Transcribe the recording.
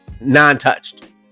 non-touched